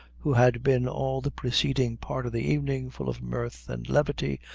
who had been all the preceding part of the evening full of mirth and levity,